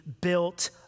built